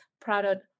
product